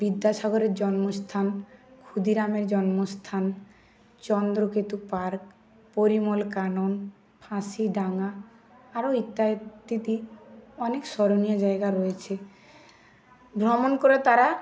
বিদ্যাসাগরের জন্মস্থান ক্ষুদিরামের জন্মস্থান চন্দ্রকেতু পার্ক পরিমল কানন ফাঁসি ডাঙা আরও ইত্যাদি অনেক স্মরণীয় জায়গা রয়েছে ভ্রমণ করে তারা